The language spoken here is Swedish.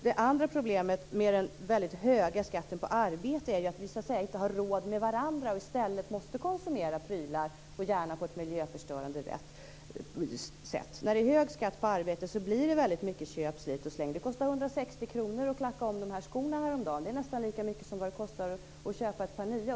Det andra problemet med den mycket höga skatten på arbete är ju att vi så att säga inte har råd med varandra och i stället måste konsumera prylar och gärna på ett miljöförstörande sätt. När det är hög skatt på arbete blir det mycket köp, slit och släng. Det kostade 160 kr att klacka om de skor som jag har på mig. Det är nästan lika mycket som det kostar att köpa ett par nya.